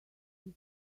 this